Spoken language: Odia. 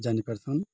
ଜାଣିପାରିଛନ୍